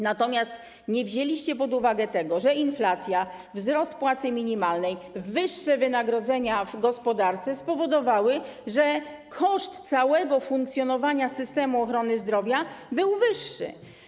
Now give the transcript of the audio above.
Natomiast nie wzięliście pod uwagę tego, że inflacja, wzrost płacy minimalnej, wyższe wynagrodzenia w gospodarce spowodowały, że koszt całego funkcjonowania systemu ochrony zdrowia był wyższy.